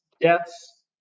deaths